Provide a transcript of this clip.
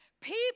people